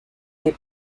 des